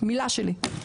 מילה שלי.